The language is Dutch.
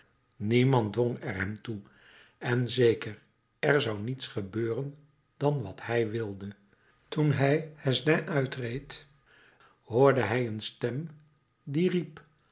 niemand dwong er hem toe en zeker er zou niets gebeuren dan wat hij wilde toen hij hesdin uitreed hoorde hij een stem die riep